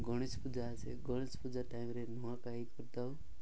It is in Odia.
ଗଣେଶ ପୂଜା ଆସେ ଗଣେଶ ପୂଜା ଟାଇମରେ ନୂଆଖାଇ କରିଥାଉ